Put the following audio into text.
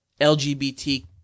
LGBT